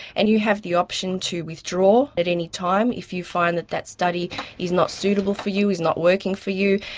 and you have the option to withdraw at any time if you find that that study is not suitable for you, is not working for you.